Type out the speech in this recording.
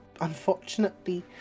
unfortunately